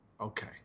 Okay